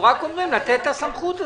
רק אומרים לתת את הסמכות הזו.